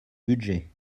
budget